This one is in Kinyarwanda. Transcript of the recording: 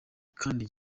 kandi